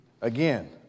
Again